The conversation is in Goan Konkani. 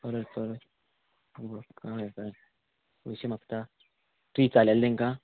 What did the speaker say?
परत परत कळ्ळें कळ्ळें पयशें मागता तुयें इचालेलें तेंकां